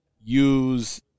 use